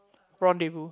Rendezvous